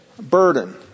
Burden